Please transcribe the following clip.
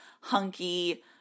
hunky